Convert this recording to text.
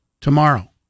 tomorrow